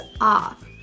off